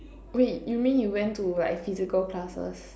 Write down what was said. wait you mean you went to like physical classes